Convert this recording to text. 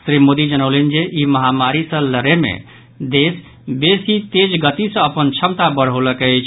श्री मोदी जनौलनि जे ई महामारी सँ लड़य मे देश बेसी तेज गति सँ अपन क्षमता बढ़ौलक अछि